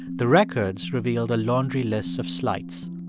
the records revealed a laundry list of slights.